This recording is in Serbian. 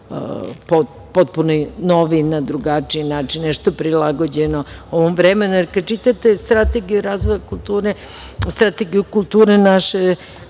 potpuno nov i na drugačiji način, prilagođeno ovom vremenu. Kada čitate strategiju razvoja kulture, strategiju kulture naše